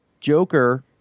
Joker